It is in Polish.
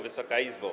Wysoka Izbo!